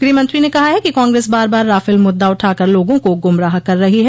गृहमंत्री ने कहा है कि कांग्रेस बार बार राफेल मुद्दा उठाकर लोगा को गुमराह कर रही है